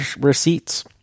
receipts